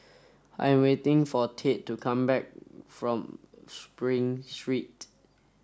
I am waiting for Tate to come back from Spring Street